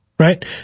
Right